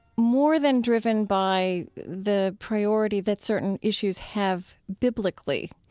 more than driven by the priority that certain issues have biblically.